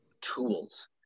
tools